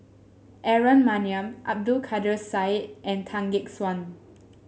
Aaron Maniam Abdul Kadir Syed and Tan Gek Suan